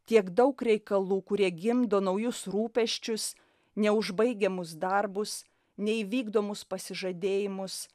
tiek daug reikalų kurie gimdo naujus rūpesčius neužbaigiamus darbus neįvykdomus pasižadėjimus